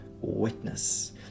witness